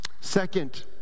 Second